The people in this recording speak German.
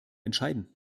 entscheiden